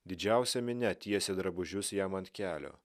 didžiausia minia tiesė drabužius jam ant kelio